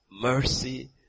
mercy